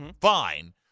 fine